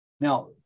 Now